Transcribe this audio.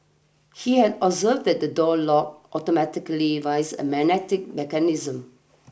he had observed that the door locked automatically via a magnetic mechanism